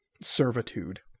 servitude